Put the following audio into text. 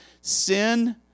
Sin